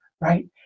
right